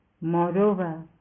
moreover